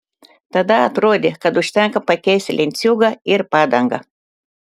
tada atrodė kad užtenka pakeisti lenciūgą ir padangą